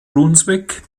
brunswick